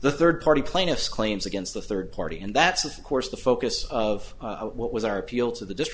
the third party plaintiffs claims against the third party and that's of course the focus of what was our appeal to the district